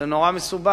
זה נורא מסובך.